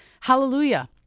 hallelujah